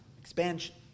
expansion